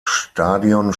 stadion